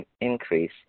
increase